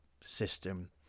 system